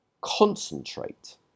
Concentrate